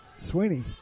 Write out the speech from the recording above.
sweeney